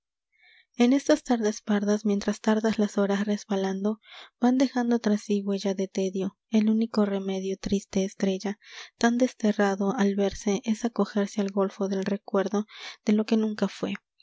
n estas tardes pardas mientras tardas las horas resbalando van dejando tras sí huella de tedio el único remedio triste estrella tan desterrado al verse es acojerse al golfo del recuerdo de lo que nunca fué